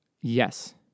Yes